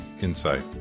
insight